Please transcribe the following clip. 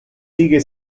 sigue